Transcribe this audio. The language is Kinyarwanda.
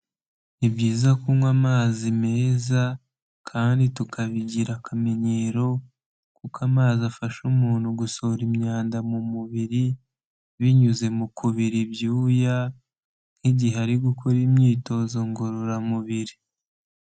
Ni byiza kunywa amazi meza kandi tukabigira akamenyero kuko amazi afasha umuntu gusohora imyanda mu mubiri binyuze mu kubira ibyuya nk'igihe ari gukora imyitozo ngororamubiri.